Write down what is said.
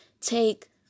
take